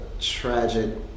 tragic